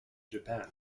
japan